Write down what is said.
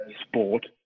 sport